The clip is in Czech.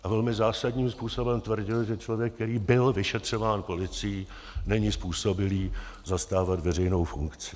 A velmi zásadním způsobem tvrdil, že člověk, který byl vyšetřován policií, není způsobilý zastávat veřejnou funkci.